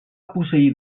posseir